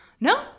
No